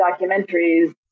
documentaries